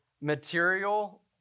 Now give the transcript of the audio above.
material